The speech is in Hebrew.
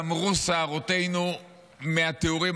סמרו שערותינו מהתיאורים.